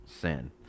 sin